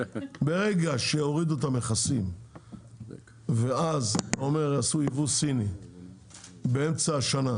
ברגע שהורידו את המכסים ועשו ייבוא סיני באמצע השנה,